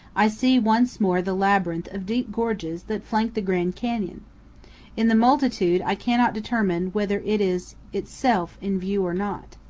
i see once more the labyrinth of deep gorges that flank the grand canyon in the multitude, i cannot determine whether it is itself in view or not.